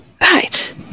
Right